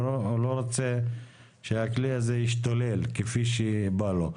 הוא לא רוצה שהכלי הזה ישתולל כפי שבא לו.